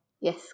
yes